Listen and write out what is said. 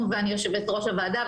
יושבת-ראש הוועדה.